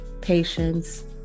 patience